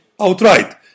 outright